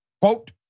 quote